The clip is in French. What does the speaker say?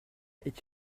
est